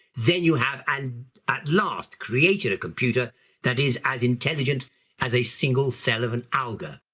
then you have and at last created a computer that is as intelligent as a single cell of an alga.